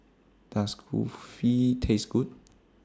Does Kulfi Taste Good